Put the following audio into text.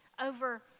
over